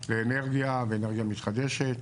לאנרגיה ואנרגיה מתחדשת